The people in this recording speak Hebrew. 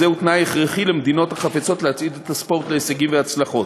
זהו תנאי הכרחי למדינות החפצות להצעיד את הספורט להישגים והצלחות.